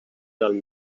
del